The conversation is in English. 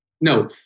No